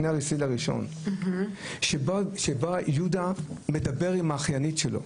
שבה יהודה מדבר עם האחיינית שלו.